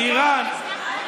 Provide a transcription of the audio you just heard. באיראן,